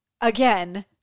again